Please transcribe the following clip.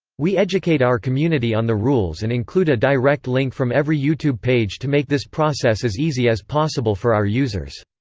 we educate our community on the rules and include a direct link from every youtube page to make this process as easy as possible for our users.